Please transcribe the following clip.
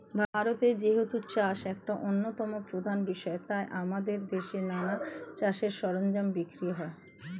ভারতে যেহেতু চাষ একটা অন্যতম প্রধান বিষয় তাই আমাদের দেশে নানা চাষের সরঞ্জাম বিক্রি হয়